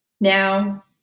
Now